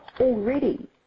Already